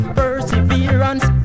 perseverance